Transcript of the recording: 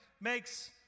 makes